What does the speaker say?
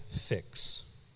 fix